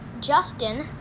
Justin